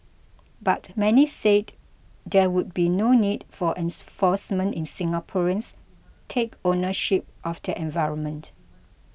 but many said there would be no need for ens force men in Singaporeans take ownership of the environment